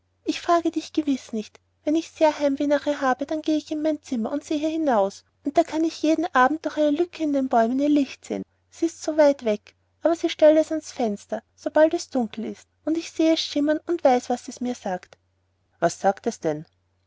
ich frage dich gewiß nicht wenn ich sehr heimweh nach ihr habe dann geh ich in mein zimmer und sehe hinaus und da kann ich jeden abend durch eine lücke in den bäumen ihr licht sehen s ist weit weg aber sie stellt es ans fenster sobald es dunkel ist und ich seh es schimmern und weiß was es mir sagt was sagt es denn